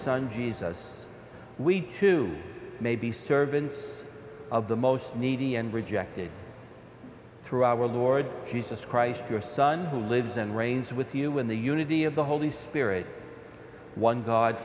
son jesus we too may be servants of the most needy and rejected through our lord jesus christ your son who lives and reigns with you in the unity of the holy spirit one god